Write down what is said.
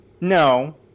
no